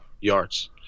yards